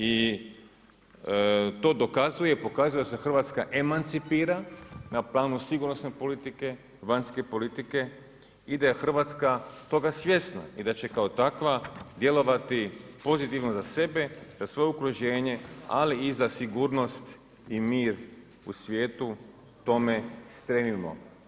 I to dokazuje i pokazuje da se Hrvatska emancipira na planu sigurnosne politike, vanjske politike i da je Hrvatska toga svjesna i da će kao takva djelovati pozitivno za sebe, za svoje okruženje ali i za sigurnost i mir u svijetu tome stremimo.